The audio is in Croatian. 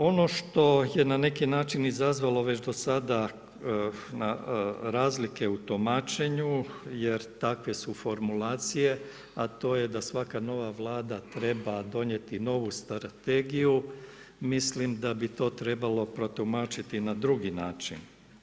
Ono što je na neki način izazvalo već do sada razlike u tumačenju jer takve su formulacije, a to je da svaka nova vlada treba donijeti novu strategiju, mislim da bi to trebalo protumačiti na drugi način.